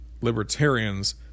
libertarians